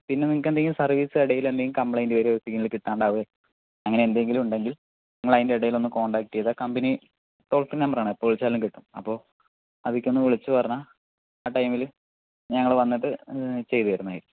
പിന്നെ നിങ്ങൾക്ക് എന്തെങ്കിലും സർവീസ് ഡെയിലി എന്തെങ്കിലു കംപ്ലൈൻറ് വരുകയോ സിഗ്നൽ കിട്ടണ്ടാവേ അങ്ങനെ എന്തെങ്കിലും ഉണ്ടെങ്കിൽ നിങ്ങൾ അതിൻ്റെ ഇടയിൽ ഒന്ന് കോൺടാക്ട് ചെയ്താൽ കമ്പനി ടോൾ ഫ്രീ നമ്പറാണ് എപ്പോൾ വിളിച്ചാലും കിട്ടും അപ്പോൾ ആ വീക്ക് ഒന്ന് വിളിച്ച് പറഞ്ഞാൽ ആ ടൈമിൽ ഞങ്ങൾ വന്നിട്ട് ചെയ്ത് തരുന്നതായിരിക്കും